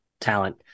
talent